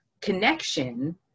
connection